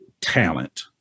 talent